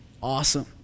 awesome